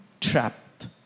trapped